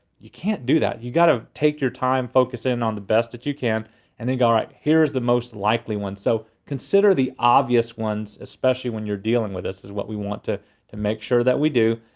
you can't do that. you gotta take your time, focus in on the best that you can and then go all right here's the most likely one. so consider the most obvious ones, especially when you're dealing with this is what we want to to make sure that we do.